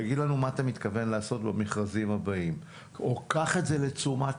תגיד לנו מה אתה מתכוון לעשות במכרזים הבאים או קח את זה לתשומת